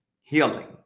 Healing